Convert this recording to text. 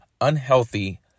unhealthy